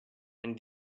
and